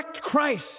Christ